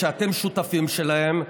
שאתם שותפים שלהם,